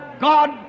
God